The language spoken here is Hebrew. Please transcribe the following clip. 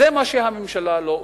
זה מה שהממשלה לא עושה.